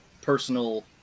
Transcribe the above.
personal